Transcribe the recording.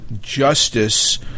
justice